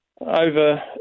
over